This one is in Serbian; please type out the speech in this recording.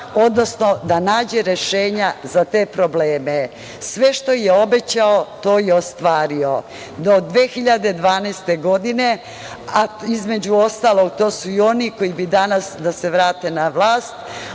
i da nađe rešenja za te probleme. Sve što je obećao to je i ostvario. Do 2012. godine, između ostalog, to su i oni koji bi danas da se vrate na vlast,